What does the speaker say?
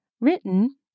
written